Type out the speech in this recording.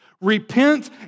Repent